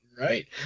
Right